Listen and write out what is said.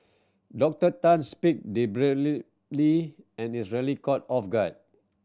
Doctor Tan speak and rarely caught off guard